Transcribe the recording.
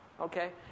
Okay